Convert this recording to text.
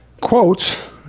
quotes